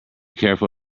careful